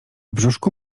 brzuszku